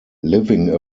living